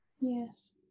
Yes